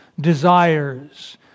desires